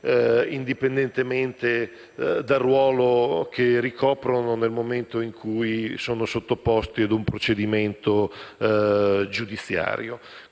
indipendentemente dal ruolo che ricoprono nel momento in cui sono sottoposti ad un procedimento giudiziario.